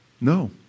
No